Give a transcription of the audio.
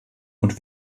und